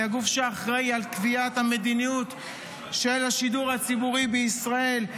היא הגוף שאחראי לקביעת המדיניות של השידור הציבורי בישראל.